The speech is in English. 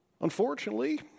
Unfortunately